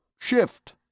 shift